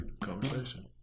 Conversation